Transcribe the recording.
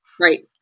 Right